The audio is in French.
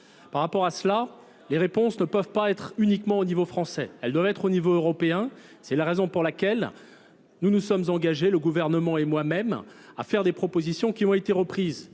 Par rapport à cela, les réponses ne peuvent pas être uniquement au niveau français, elles doivent être au niveau européen, c'est la raison pour laquelle Nous nous sommes engagés, le gouvernement et moi-même, à faire des propositions qui ont été reprises